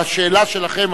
על השאלה שלכם,